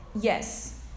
yes